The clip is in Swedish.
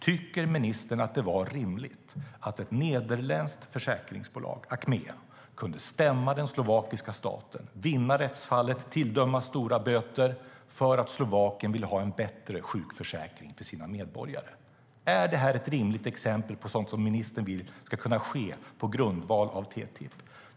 Tycker ministern att det var rimligt att ett nederländskt försäkringsbolag, Achmea, kunde stämma den slovakiska staten, vinna rättsfallet och tilldömas ett stort skadestånd för att Slovakien ville ha en bättre sjukförsäkring för sina medborgare? Är det ett rimligt exempel på sådant som ministern vill ska kunna ske på grundval av TTIP?